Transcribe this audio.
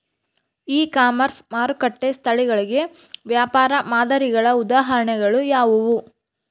E commerce ಮಾರುಕಟ್ಟೆ ಸ್ಥಳಗಳಿಗೆ ವ್ಯಾಪಾರ ಮಾದರಿಗಳ ಉದಾಹರಣೆಗಳು ಯಾವುವು?